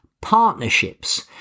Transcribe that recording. partnerships